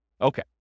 Okay